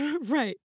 Right